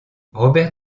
robert